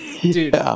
Dude